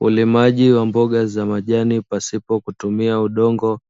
Ulimaji wa mboga za majani pasipo kutumia udongo